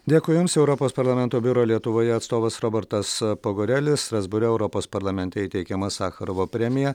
dėkui jums europos parlamento biuro lietuvoje atstovas robertas pagorėlis strasbūre europos parlamente įteikiama sacharovo premija